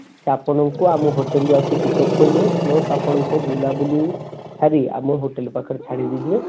ସିଏ ଆପଣଙ୍କୁ ଆମ ହୋଟେଲ୍ରୁ ଆସି ପିକ୍ଅପ୍ କରିବେ ପ୍ଲସ୍ ଆପଣଙ୍କ ବୁଲାବୁଲି ସାରି ଆମ ହୋଟେଲ୍ ପାଖରେ ଛାଡ଼ିଦେଇ ଯିବେ